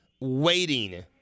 waiting